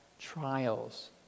trials